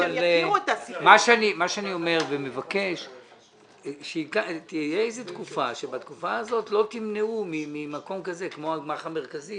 אני מבקש שתהיה תקופה שבה לא תמנעו ממקום כמו הגמ"ח המרכזי